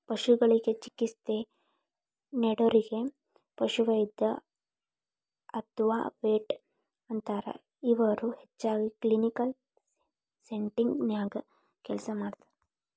ಪಶುಗಳಿಗೆ ಚಿಕಿತ್ಸೆ ನೇಡೋರಿಗೆ ಪಶುವೈದ್ಯ ಅತ್ವಾ ವೆಟ್ ಅಂತಾರ, ಇವರು ಹೆಚ್ಚಾಗಿ ಕ್ಲಿನಿಕಲ್ ಸೆಟ್ಟಿಂಗ್ ನ್ಯಾಗ ಕೆಲಸ ಮಾಡ್ತಾರ